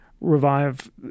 revive